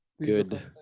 good